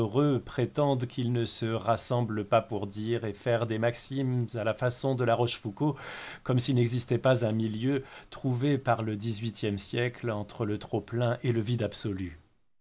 prétendent qu'ils ne se rassemblent pas pour dire et faire des maximes à la façon de la rochefoucauld comme s'il n'existait pas un milieu trouvé par le dix-huitième siècle entre le trop plein et le vide absolu